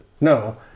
No